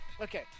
Okay